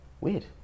weird